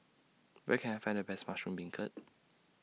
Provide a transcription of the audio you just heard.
Where Can I Find The Best Mushroom Beancurd